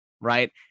Right